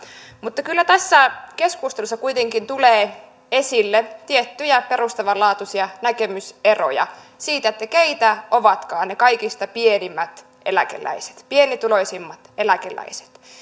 mutta kyllä tässä keskustelussa kuitenkin tulee esille tiettyjä perustavanlaatuisia näkemyseroja siitä keitä ovatkaan ne kaikista pienimmät eläkeläiset pienituloisimmat eläkeläiset